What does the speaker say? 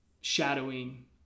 shadowing